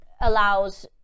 allows